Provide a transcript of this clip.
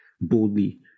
boldly